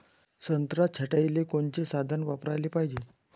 संत्रा छटाईले कोनचे साधन वापराले पाहिजे?